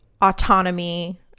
autonomy